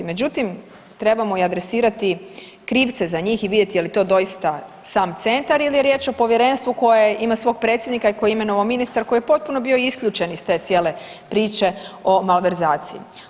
Međutim, trebamo i adresirati krivce za njih i vidjeti je li to doista sam centar ili je riječ o povjerenstvu koje ima svog predsjednika i kojeg je imenovao ministar koji je potpuno bio isključen iz cijele te priče o malverzaciji.